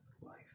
life